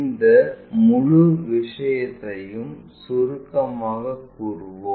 இந்த முழு விஷயத்தையும் சுருக்கமாகக் கூறுவோம்